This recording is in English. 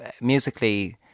musically